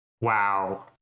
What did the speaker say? Wow